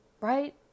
Right